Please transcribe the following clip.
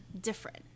different